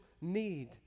need